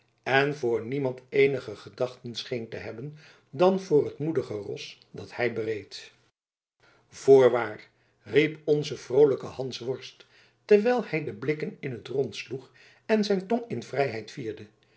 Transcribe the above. en voor niemand eenige gedachten scheen te hebben dan voor het moedige ros dat hij bereed voorwaar riep onze vroolijke hansworst terwijl hij de blikken in t rond sloeg en zijn tong in vrijheid vierde